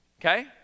okay